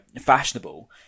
fashionable